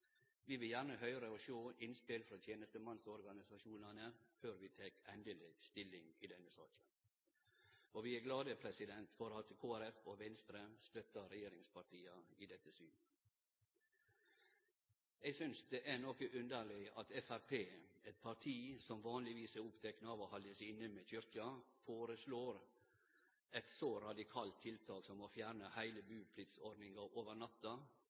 Vi vil gjerne høyre og sjå innspel frå tenestemannsorganisasjonane før vi tek endeleg stilling i denne saka. Vi er glade for at Kristeleg Folkeparti og Venstre støttar regjeringspartia i dette synet. Eg synest det er noko underleg at Framstegspartiet, eit parti som vanlegvis er oppteke av å halde seg inne med Kyrkja, foreslår eit så radikalt tiltak som å fjerne heile bupliktordninga over natta,